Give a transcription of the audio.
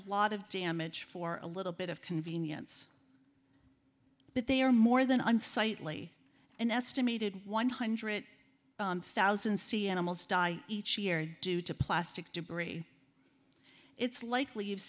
lot of damage for a little bit of convenience but they are more than unsightly an estimated one hundred thousand sea animals die each year due to plastic debris it's likely you've